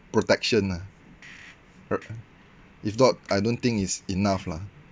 protection lah r~ if not I don't think it's enough lah